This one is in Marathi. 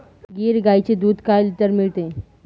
गीर गाईचे दूध काय लिटर मिळते?